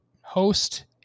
Host